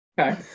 okay